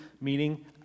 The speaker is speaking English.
meaning